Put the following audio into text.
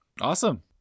Awesome